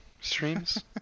Streams